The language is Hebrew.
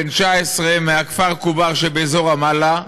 בן 19 מהכפר כובר שבאזור רמאללה,